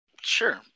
sure